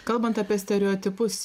kalbant apie stereotipus